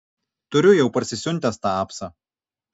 turiu jau parsisiuntęs tą apsą